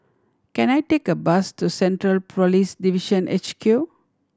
can I take a bus to Central Police Division H Q